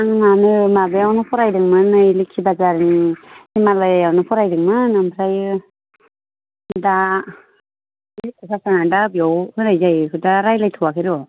जोंना नै माबायावनो फरायदोंमोन नै लोखि बाजारनि हिमालयाआवनो फरायदोंमोन ओमफ्राय दा बबेयाव होनाय जायो बेखौ दा रायज्लायथ'वाखै र'